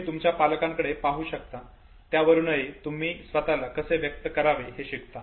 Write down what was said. तुम्ही तुमच्या पालकांकडे पाहू शकता त्यावरूनही तुम्ही स्वताला कसे व्यक्त करावे हे शिकता